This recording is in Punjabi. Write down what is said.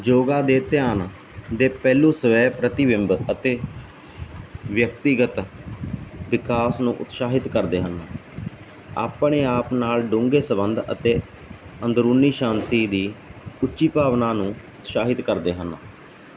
ਯੋਗਾ ਦੇ ਧਿਆਨ ਦੇ ਪਹਿਲੂ ਸਵੈ ਪ੍ਰਤੀਬਿੰਬ ਅਤੇ ਵਿਅਕਤੀਗਤ ਵਿਕਾਸ ਨੂੰ ਉਤਸ਼ਾਹਿਤ ਕਰਦੇ ਹਨ ਆਪਣੇ ਆਪ ਨਾਲ ਡੂੰਘੇ ਸੰਬੰਧ ਅਤੇ ਅੰਦਰੂਨੀ ਸ਼ਾਂਤੀ ਦੀ ਉੱਚੀ ਭਾਵਨਾ ਨੂੰ ਉਤਸ਼ਾਹਿਤ ਕਰਦੇ ਹਨ